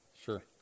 Sure